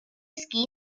ski